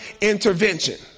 intervention